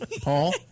Paul